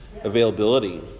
availability